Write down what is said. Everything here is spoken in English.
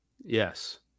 yes